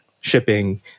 shipping